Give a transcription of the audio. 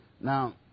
Now